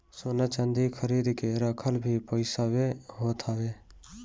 सोना चांदी खरीद के रखल भी पईसवे होत हवे